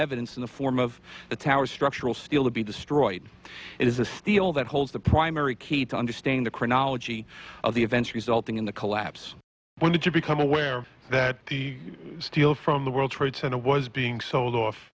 evidence in the form of the towers structural steel to be destroyed it is the the all that holds the primary key to understanding the chronology of the events resulting in the collapse when did you become aware that the steel from the world trade center was being sold off